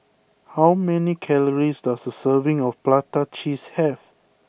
how many calories does a serving of Prata Cheese have